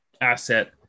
asset